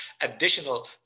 additional